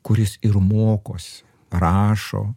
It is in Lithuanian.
kuris ir mokosi rašo